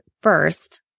first